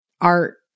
art